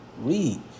Read